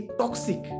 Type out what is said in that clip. toxic